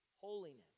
holiness